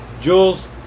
Jules